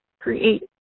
create